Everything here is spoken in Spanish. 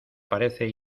parece